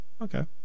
Okay